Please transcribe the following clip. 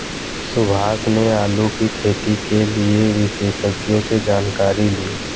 सुभाष ने आलू की खेती के लिए विशेषज्ञों से जानकारी ली